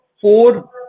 four